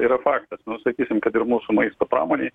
yra faktas sakysim kad ir mūsų maisto pramonėj